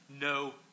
No